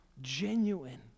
genuine